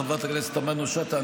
חברת הכנסת תמנו שטה,